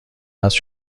است